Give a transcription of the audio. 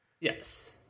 Yes